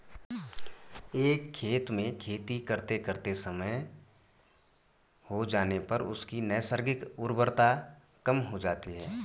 एक खेत में खेती करते करते बहुत समय हो जाने पर उसकी नैसर्गिक उर्वरता कम हो जाती है